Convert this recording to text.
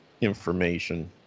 information